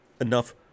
enough